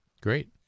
Great